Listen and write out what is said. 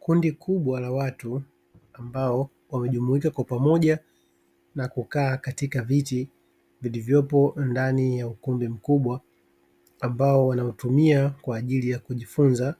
Kundi kubwa la watu ambao wamejumuika kwa pamoja na kukaa katika viti vilivyopo ndani ya ukumbi mkubwa ambao wanautumia kwa ajili ya kujifunza,